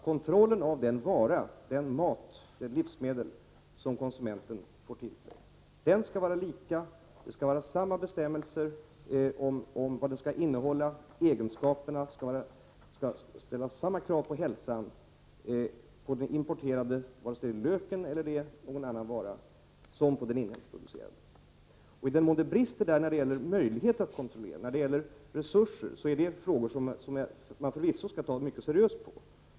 Kontrollen av varor och livsmedel skall vara lika beträffande innehåll, egenskaper och hälsoaspekter för såväl importerade som inhemska produkter — vare sig det gäller lök eller någon annan vara. I den mån det brister när det gäller möjligheter att kontrollera och när det gäller resurser skall man förvisso ta mycket seriöst på det.